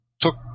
took